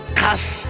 cast